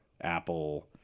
apple